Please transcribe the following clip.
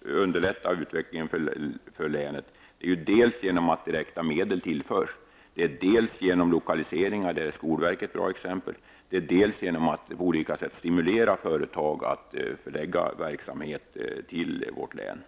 underlätta utvecklingen för länet. Det kan göras dels genom att direkta medel tillförs, dels genom lokaliseringar -- det är skolverket ett bra exempel på --, dels genom att på olika sätt stimulera företag att förlägga verksamhet till vårt län.